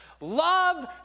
Love